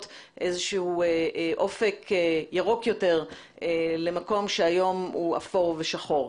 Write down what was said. איזשהו אופק ירוק יותר למקום שהיום הוא אפור ושחור.